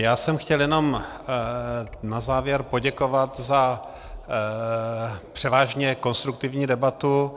Já jsem chtěl jenom na závěr poděkovat za převážně konstruktivní debatu.